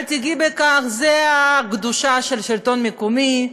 אל תיגעי בזה, זה הקדושה של השלטון המקומי,